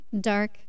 dark